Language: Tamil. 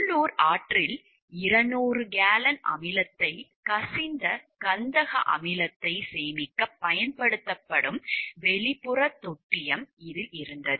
உள்ளூர் ஆற்றில் 200 கேலன் அமிலத்தை கசிந்த கந்தக அமிலத்தை சேமிக்க பயன்படுத்தப்படும் வெளிப்புற தொட்டியும் இருந்தது